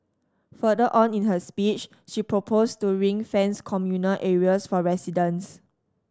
further on in her speech she proposed to ring fence communal areas for residents